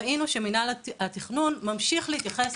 ראינו שמינהל התכנון ממשיך להתייחס